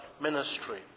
ministry